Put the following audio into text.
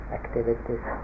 activities